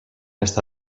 està